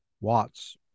Watts